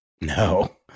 No